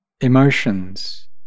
emotions